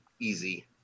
easy